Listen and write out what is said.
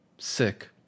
sick